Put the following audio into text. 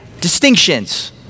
distinctions